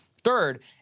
Third